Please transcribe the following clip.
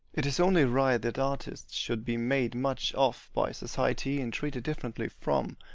it is only right that artists should be made much of by society and treated differently from,